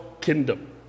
kingdom